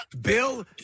Bill